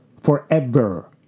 forever